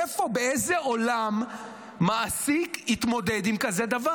איפה, באיזה עולם מעסיק יתמודד עם דבר כזה?